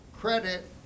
credit